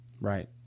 Right